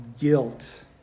guilt